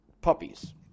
puppies